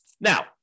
Now